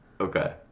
Okay